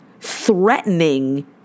threatening